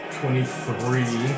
twenty-three